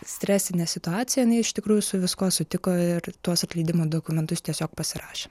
stresinė situacija jinai iš tikrųjų su viskuo sutiko ir tuos atleidimo dokumentus tiesiog pasirašė